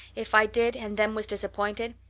if i did and then was disappointed,